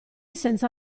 senza